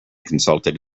consulted